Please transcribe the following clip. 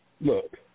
look